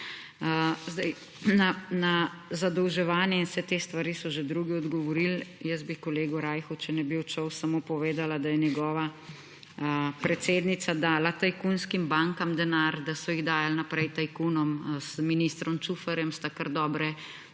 na zadolževanje in vse te stvari so že drugi odgovorili, jaz bi kolegu Rajhu, če ne bi odšel, samo povedala, da je njegova predsednica dala tajkunskim bankam denar, da so jih dajali naprej tajkunom, z ministrom Čufarjem sta kar dobre